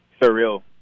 surreal